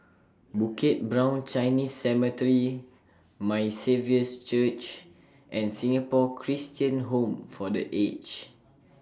Bukit Brown Chinese Cemetery My Saviour's Church and Singapore Christian Home For The Aged